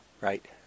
Right